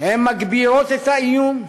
מגבירות את האיום,